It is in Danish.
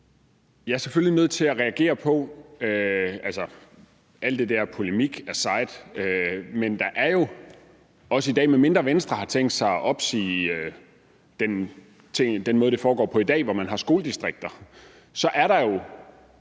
er jeg så nødt til at reagere på noget. Der er jo også i dag, medmindre Venstre har tænkt sig at opsige den måde, det foregår på i dag, hvor man har skoledistrikter, ønsker, som